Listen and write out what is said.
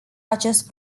acest